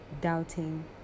doubting